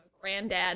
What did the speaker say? granddad